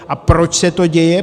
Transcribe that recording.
A proč se to děje?